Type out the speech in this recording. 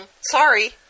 Sorry